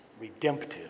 redemptive